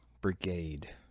brigade